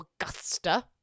augusta